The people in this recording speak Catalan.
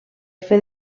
fer